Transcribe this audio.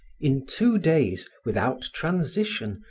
in two days, without transition,